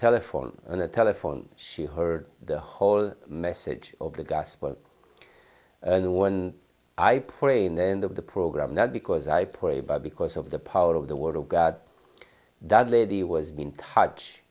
telephone on a telephone she heard the whole message of the gospel the one i pray in the end of the program not because i pray but because of the power of the word of god does lady was been touch